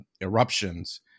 eruptions